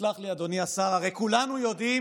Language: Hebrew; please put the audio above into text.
תסלח לי, אדוני השר, הרי כולנו יודעים